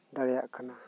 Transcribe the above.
ᱫᱟᱲᱮᱭᱟᱜ ᱠᱟᱱᱟ